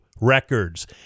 records